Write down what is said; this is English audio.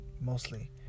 mostly